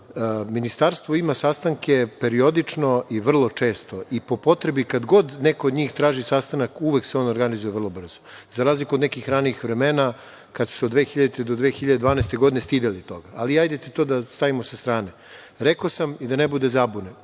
ministarstvo ima sastanke periodično i vrlo često i po potrebi, kada god neko od njih traži sastanak, uvek se on organizuje vrlo brzo, za razliku od nekih ranijih vremena kada su se od 2000. do 2012. godine stideli toga. Ali, hajde da to stavimo sa strane. Rekao sam i da ne bude zabune,